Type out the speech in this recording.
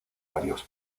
varios